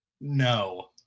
No